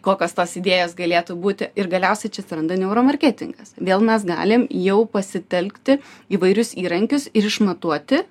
kokios tos idėjos galėtų būti ir galiausiai čia atsiranda neuro marketingas vėl mes galim jau pasitelkti įvairius įrankius ir išmatuoti